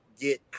get